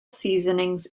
seasonings